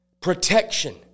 protection